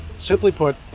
simply put,